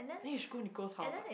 then you should go Nicole's house what